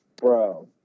bro